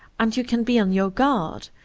and you can be on your guard?